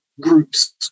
groups